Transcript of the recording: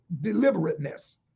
deliberateness